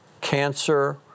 cancer